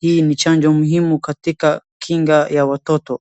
Hii ni chanjo muhimu katika kinga ya watoto.